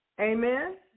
Amen